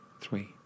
three